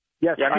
Yes